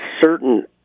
certain